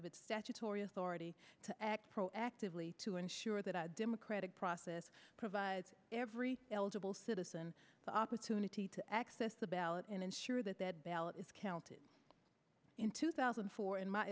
of its statutory authority to act proactively to ensure that our democratic process provides every eligible citizen the opportunity to access the ballot and ensure that that ballot is counted in two thousand and four in my